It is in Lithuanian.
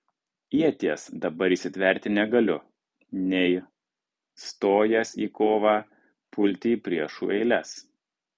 ieties dabar įsitverti negaliu nei stojęs į kovą pulti į priešų eiles